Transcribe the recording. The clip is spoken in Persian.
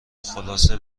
خلاصه